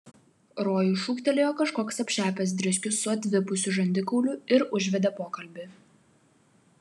rojui šūktelėjo kažkoks apšepęs driskius su atvipusiu žandikauliu ir užvedė pokalbį